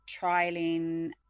trialing